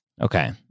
Okay